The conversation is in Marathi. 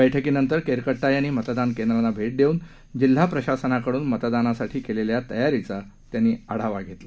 बळकीनंतर केरकट्टा यांनी मतदान केंद्रांना भेट देऊन जिल्हा प्रशासनकडून मतदानासाठी केलेल्या तयारीचा आढावा त्यांनी घेतला